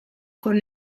con